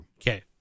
Okay